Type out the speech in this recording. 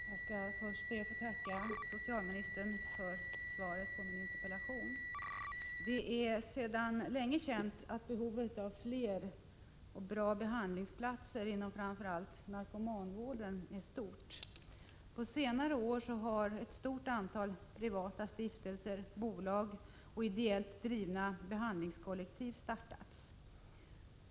Herr talman! Först skall jag be att få tacka socialministern för svaret på min interpellation. Det är sedan länge känt att behovet av fler och bra behandlingsplatser inom framför allt narkomanvården är stort. På senare år har ett stort antal privata stiftelser, bolag och ideellt drivna behandlingskollektiv startats.